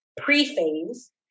pre-phase